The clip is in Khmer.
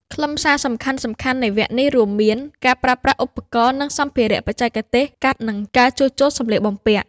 ខ្លឹមសារសំខាន់ៗនៃវគ្គនេះរួមមាន ការប្រើប្រាស់ឧបករណ៍ និងសម្ភារៈ បច្ចេកទេសកាត់ និងការជួសជុលសំលៀកបំពាក់។